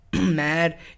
mad